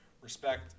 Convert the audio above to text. respect